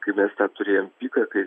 kai mes tą turėjom piką kai